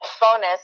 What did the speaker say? bonus